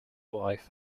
wife